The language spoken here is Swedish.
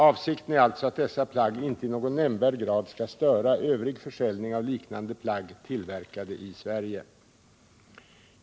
Avsikten är alltså att dessa plagg inte i någon nämnvärd grad skall störa övrig försäljning av liknande plagg tillverkade i Sverige.